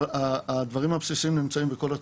אבל הדברים הבסיסיים נמצאים בכל התורים.